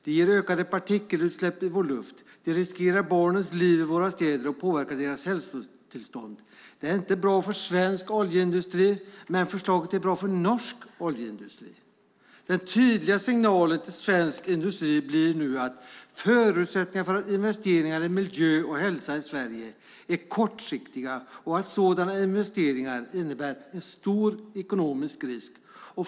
Det ger ökade partikelutsläpp i vår luft. Det riskerar barnens liv i våra städer och påverkar deras hälsotillstånd. Det är inte bra för svensk oljeindustri, men förslaget är bra för norsk oljeindustri. Den tydliga signalen till svensk industri blir nu att förutsättningarna för investeringar i miljö och hälsa i Sverige är kortsiktiga och att sådana investeringar innebär en stor ekonomisk risk.